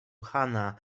chana